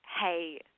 Hey